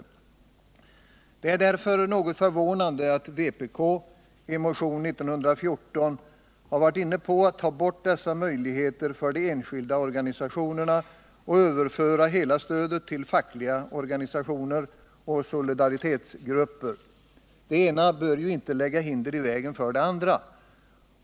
Det är mot denna bakgrund något förvånande att vpk i motionen 1914 har varit inne på att ta bort dessa möjligheter för de enskilda organisationerna och att överföra hela stödet till fackliga organisationer och solidaritetsgrupper. Det ena bör ju inte lägga hinder i vägen för det andra.